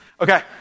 Okay